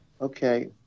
okay